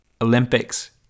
Olympics